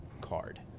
card